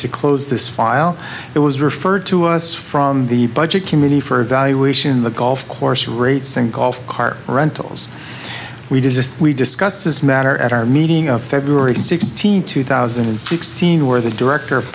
to close this file it was referred to us from the budget committee for evaluation the golf course rates and golf cart rentals we desist we discussed this matter at our meeting of february sixteenth two thousand and sixteen where the director of